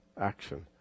action